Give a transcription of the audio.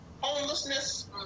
homelessness